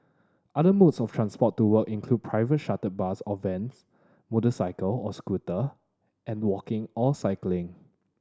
other modes of transport to work include private chartered bus or vans motorcycle or scooter and walking or cycling